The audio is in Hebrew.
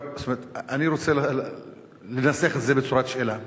אני רוצה לנסח את זה בצורת שאלה: